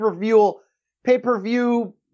pay-per-view